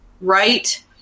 right